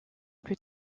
plus